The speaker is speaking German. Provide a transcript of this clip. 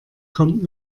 kommt